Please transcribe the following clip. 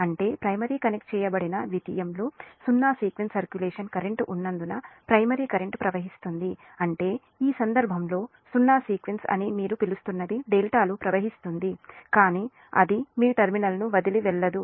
అంటే primary connect చేయబడిన ద్వితీయంలో సున్నా సీక్వెన్స్ సర్క్యులేషన్ కరెంట్ ఉన్నందున ప్రైమరీ కరెంట్ ప్రవహిస్తుంది అంటే ఈ సందర్భంలో సున్నా సీక్వెన్స్ అని మీరు పిలుస్తున్నది డెల్టాలో ప్రవహిస్తుంది కానీ అది మీ టెర్మినల్ను వదిలి వెళ్ళదు